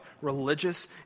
religious